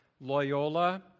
Loyola